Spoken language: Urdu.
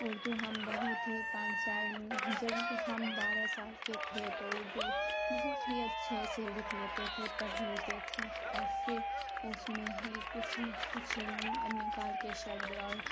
اردو ہم بہت ہی پانچ سال جب ہم بارہ سال کے تھے تو اردو بہت ہی اچھے سے لکھ لیتے تھے پڑھ لیتے تھے اور پھر اس میں ہی کچھ ہی کچھ نکال کے شبد اور